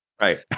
Right